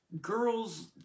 girls